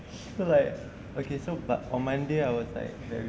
so like okay but on monday I was like very